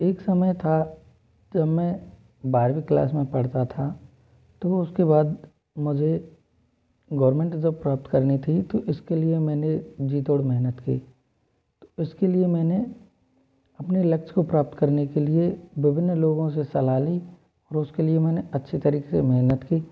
एक समय था जब मैं बारवीं क्लास में पढ़ता था तो उसके बाद मुझे गवरमेंट जॉब प्राप्त करनी थी तो इसके लिए मैंने जी तोड़ मेहनत की तो इसके लिए मैंने अपने लक्ष्य को प्राप्त करने के लिए विभिन्न लोगों से सलाह ली और उसके लिए मैंने अच्छे तरीके से मेहनत की